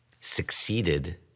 succeeded